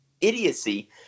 idiocy